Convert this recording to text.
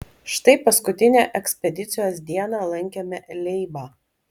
štai paskutinę ekspedicijos dieną lankėme leibą